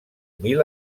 mil